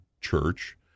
church